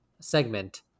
segment